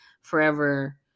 forever